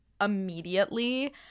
immediately